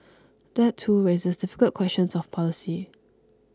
that too raises difficult questions of policy